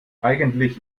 eigentlich